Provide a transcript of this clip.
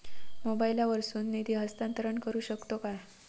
मोबाईला वर्सून निधी हस्तांतरण करू शकतो काय?